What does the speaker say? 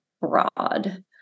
broad